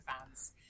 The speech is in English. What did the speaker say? fans